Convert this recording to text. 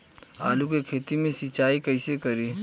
आलू के खेत मे सिचाई कइसे करीं?